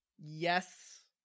yes